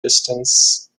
distance